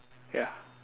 ya